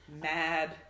mad